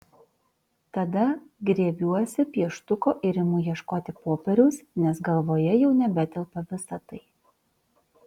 tada griebiuosi pieštuko ir imu ieškoti popieriaus nes galvoje jau nebetelpa visa tai